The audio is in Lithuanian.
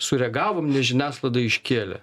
sureagavom nes žiniasklaida iškėlė